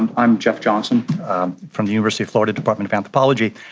i'm i'm jeff johnson from the university of florida, department of anthropology.